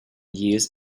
jähes